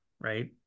Right